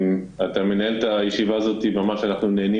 אתה מנהל את הישיבה הזאת ואנחנו נהנים